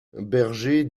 berger